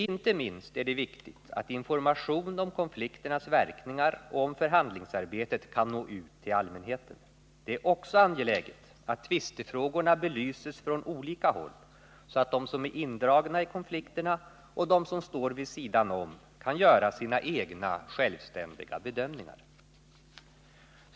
Inte minst är det viktigt att information om konflikternas verkningar och om förhandlingsarbetet kan nå ut till allmänheten. Det är också angeläget att tvistefrågorna belyses från olika håll, så att de som är indragna i konflikterna och de som står vid sidan om kan göra sina egna, självständiga bedömningar.